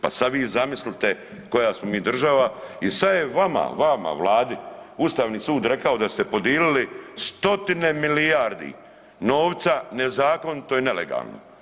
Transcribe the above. Pa sada vi zamislite koja smo mi država i sada je vama, vama Vladi Ustavni sud rekao da ste podilili stotine milijardi novca nezakonito i nelegalno.